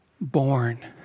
born